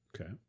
Okay